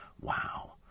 Wow